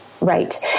Right